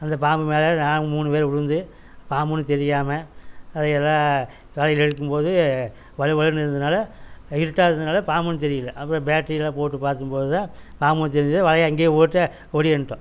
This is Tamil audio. அந்த பாம்பு மேலே நாங்கள் மூணு பேரும் விழுந்து பாம்புன்னு தெரியாமல் அதையெல்லாம் காலையில் இழுக்கும்போது வழுவழுன்னு இருந்ததினால இருட்டாக இருந்ததினால பாம்புன்னு தெரியலை அப்புறம் பேட்டரிலாம் போட்டு பார்க்கும்போது தான் பாம்புன்னு தெரிஞ்சுது வலையை அங்கையே போட்டு ஓடி வந்துட்டோம்